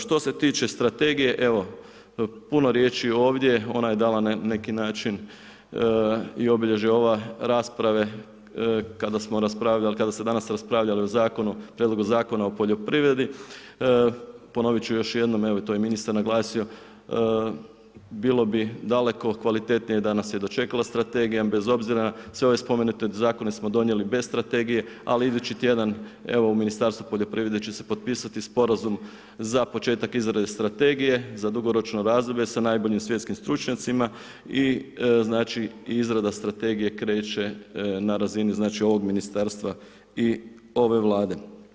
Što se tiče strategije evo, puno riječi ovdje, ona je dala na neki način i obilježje ove rasprave kada smo raspravljali, kada se raspravljalo o prijedlogu Zakona o poljoprivredi, ponovit ću još jednom evo i to je ministar naglasio, bilo bi daleko kvalitetnije da nas je dočekala strategije bez obzira sve ove spomenute zakone smo donijeli bez strategije, ali idući tjedan u Ministarstvu poljoprivrede će se potpisati sporazum za početak izrade strategije za dugoročno razdoblje sa najboljim svjetskim stručnjacima i izrada strategije kreće na razini ovog ministarstva i ove vlade.